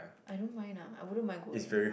I don't mind lah I wouldn't mind going